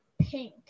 pink